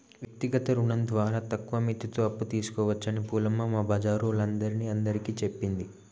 వ్యక్తిగత రుణం ద్వారా తక్కువ మిత్తితో అప్పు తీసుకోవచ్చని పూలమ్మ మా బజారోల్లందరిని అందరికీ చెప్పింది